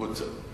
בוצע.